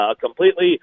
completely